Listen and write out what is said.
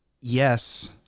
Yes